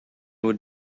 would